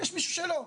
יש מישהו שלא.